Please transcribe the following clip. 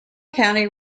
county